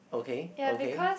okay okay